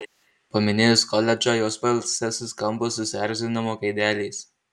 paminėjus koledžą jos balse suskambo susierzinimo gaidelės